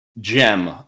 gem